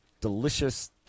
delicious